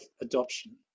adoption